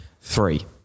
three